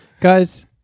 Guys